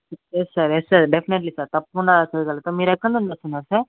yes sir yes sir definitely sir తప్పకుండా ఎక్కగలుగుతాం మీరెక్కడనుండొస్తన్నారు సార్